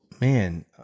man